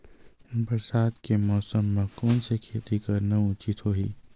बरसात के मौसम म कोन से खेती करना उचित होही?